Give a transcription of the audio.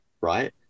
right